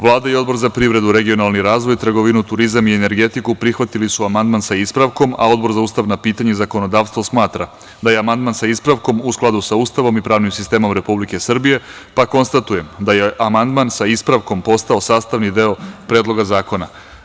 Vlada i Odbor za privredu, regionalni razvoj, trgovinu, turizam i energetiku, prihvatili su amandman sa ispravkom, a Odbor za ustavna pitanja i zakonodavstvo, smatra da je amandman sa ispravkom u skladu sa Ustavom i pravnim sistemom Republike Srbije, pa konstatujem da je amandman sa ispravkom postao sastavni deo Predloga zakona.